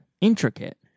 intricate